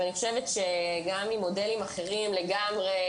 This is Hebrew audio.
ואני חושבת שגם עם מודלים אחרים לגמרי,